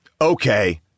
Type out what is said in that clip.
okay